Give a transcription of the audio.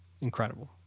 incredible